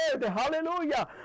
Hallelujah